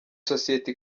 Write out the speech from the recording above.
sosiyete